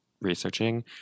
researching